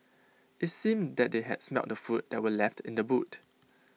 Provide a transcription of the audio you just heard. IT seemed that they had smelt the food that were left in the boot